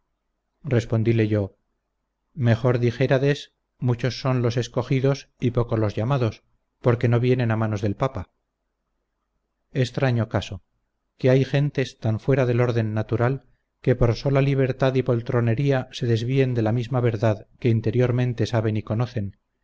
respondile yo mejor dijérades muchos son los escogidos y pocos los llamados porque no vienen a manos del papa extraño caso que hay gentes tan fuera del orden natural que por sola libertad y poltronería se desvíen de la misma verdad que interiormente saben y conocen